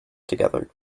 together